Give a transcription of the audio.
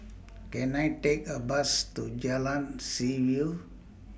Can I Take A Bus to Jalan Seaview